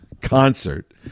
concert